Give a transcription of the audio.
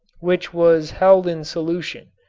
which was held in solution,